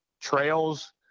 trails